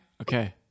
Okay